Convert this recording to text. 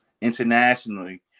internationally